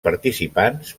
participants